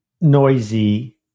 noisy